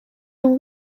اون